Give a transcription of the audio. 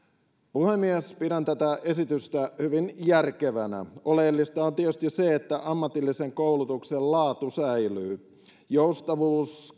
puhemies pidän tätä esitystä hyvin järkevänä oleellista on tietysti se että ammatillisen koulutuksen laatu säilyy joustavuus